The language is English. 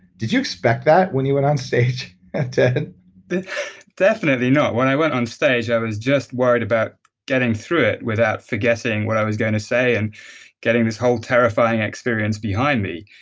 did you expect that when you went on stage at ted? definitely not. when i went on stage, i was just worried about getting through it without forgetting what i was going to say and getting this whole terrifying experience behind me.